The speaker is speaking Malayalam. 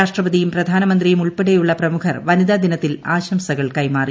രാഷ്ട്രപതിയും പ്രധാനമന്ത്രിയു മുൾപ്പെടെയുള്ള പ്രമുഖർ വനിതാ ദിനത്തിൽ ആശംസകൾ കൈമാറി